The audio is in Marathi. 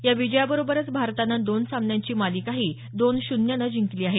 या विजयाबरोबरच भारतानं दोन सामन्यांची मालिकाही दोन शून्यनं जिंकली आहे